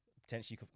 potentially